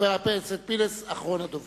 חבר הכנסת פינס יהיה אחרון הדוברים.